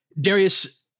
Darius